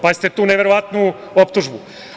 Pazite tu neverovatnu optužbu.